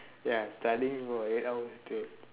ya studying for eight hour straight